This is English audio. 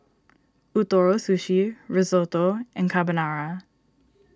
Ootoro Sushi Risotto and Carbonara